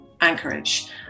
Anchorage